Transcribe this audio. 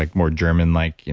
like more german like.